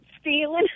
stealing